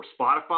spotify